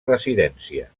residència